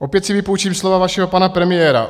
Opět si vypůjčím slova vašeho pana premiéra.